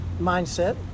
mindset